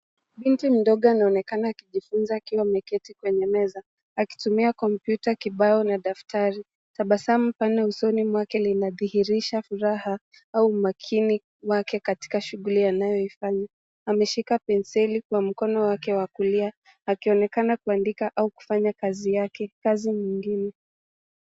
Mtu mdogo anaonekana akijifunza akiwa ameketi kwenye meza akitumia kompyuta kibao na daftari. Tabasamu pana usoni mwake linadhihirisha furaha au umakini wake katika shughuli anayoifanya. ameshika penseli kwa mkono wake wa kulia akionekana kuandika au akifanya kazi yake, kazi nyingine.